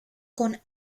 con